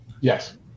Yes